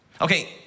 Okay